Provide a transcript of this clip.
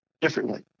differently